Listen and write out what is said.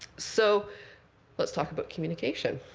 so let's talk about communication.